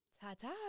Ta-ta